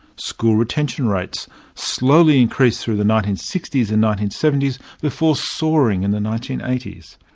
school retention rates slowly increased through the nineteen sixty s and nineteen seventy s before soaring in the nineteen eighty s.